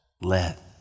let